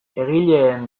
egileen